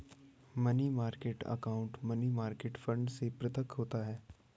money market account money market fund से पृथक होता है